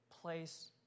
place